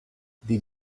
did